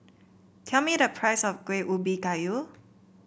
tell me the price of Kueh Ubi Kayu